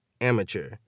amateur